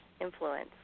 influence